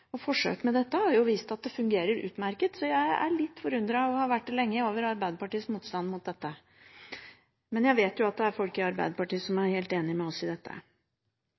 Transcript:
Forsøk med dette har vist at det fungerer utmerket. Så jeg er litt forundret, og har vært det lenge, over Arbeiderpartiets motstand mot dette. Men jeg vet jo at det er folk i Arbeiderpartiet som er helt enige med oss i dette.